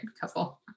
couple